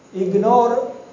ignore